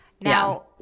now